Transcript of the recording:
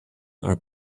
are